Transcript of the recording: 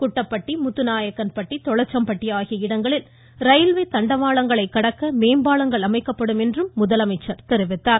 குட்டப்பட்டி முத்துநாயக்கன்பட்டி தொளசம்பட்டி ஆகிய இடங்களில் ரயில்வே தண்டவாளங்களை கடக்க மேம்பாலங்கள் அமைக்கப்படும் என்றும் முதலமைச்சர் தெரிவித்தார்